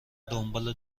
دنبال